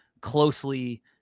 closely